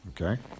okay